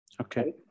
Okay